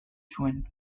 zuen